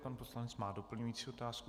Pan poslanec má doplňující otázku.